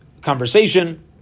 conversation